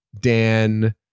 dan